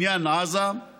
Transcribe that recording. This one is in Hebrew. עזה